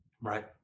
Right